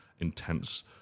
Intense